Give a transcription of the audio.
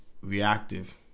reactive